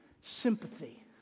sympathy